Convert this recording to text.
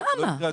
למה?